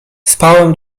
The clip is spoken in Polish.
spałem